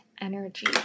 energy